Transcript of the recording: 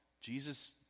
Jesus